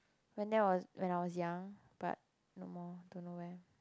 went there was when I was young but no more don't know where